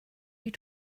you